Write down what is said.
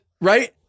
right